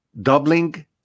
doubling